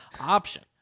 option